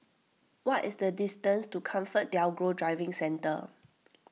what is the distance to ComfortDelGro Driving Centre